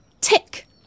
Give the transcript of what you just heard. Tick